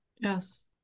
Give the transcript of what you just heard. Yes